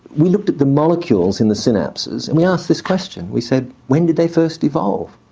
we looked at the molecules in the synapses and we asked this question, we said, when did they first evolve?